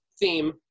theme